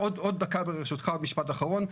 עוד דקה ברשותך, משפט אחרון.